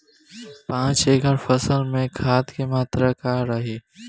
पाँच एकड़ फसल में खाद के मात्रा का रही?